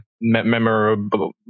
memorable